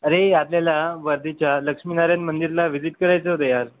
अरे आपल्याला वर्धेच्या लक्ष्मीनारायण मंदिराला व्हिजिट करायचं होतं यार